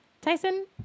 Tyson